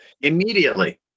Immediately